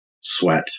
sweat